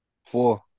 Four